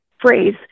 phrase